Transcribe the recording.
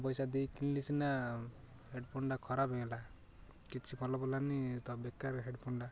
ପଇସା ଦେଇ କିଣିଲି ସିନା ହେଡ଼୍ଫୋନ୍ଟା ଖରାପ ହୋଇଗଲା କିଛି ଭଲ ପଡ଼ିଲାନି ତ ବେକାର ହେଡ଼୍ଫୋନ୍ଟା